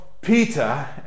peter